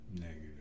Negative